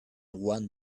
one